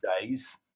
days